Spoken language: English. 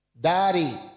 daddy